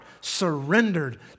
surrendered